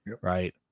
right